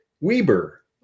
weber